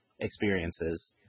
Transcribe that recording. experiences